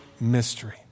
mystery